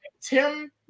Tim